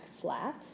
flat